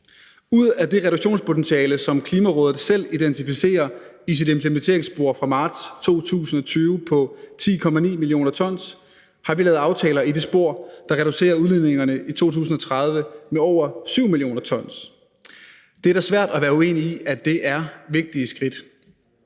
Ud af det reduktionspotentiale på 10,9 mio. t, som Klimarådet selv identificerer i sit implementeringsspor fra marts 2020, har vi lavet aftaler i det spor, der reducerer udledningerne i 2030 med over 7 mio. t. Det er da svært at være uenig i, at det er vigtige skridt.